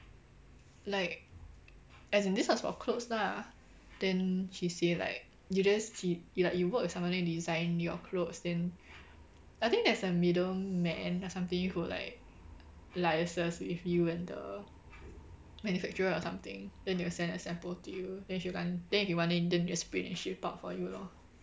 like as in this was for clothes lah then she say like you just she like you work for someone then they design your clothes then I think there's a middle man or something who like liaises with you and the manufacturer or something then they will send a sample to you then if you want then if you want then you just print and ship out for you lor